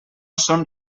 són